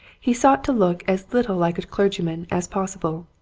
he sought to look as little like a clergyman as pos sible.